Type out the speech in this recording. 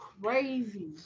Crazy